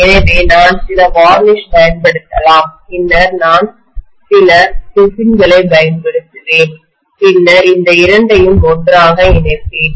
எனவே நான் சில வார்னிஷ் பயன்படுத்தலாம் பின்னர் நான் சில பிசின்களைப் பயன்படுத்துவேன் பின்னர் இந்த இரண்டையும் ஒன்றாக இணைப்பேன்